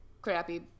Crappy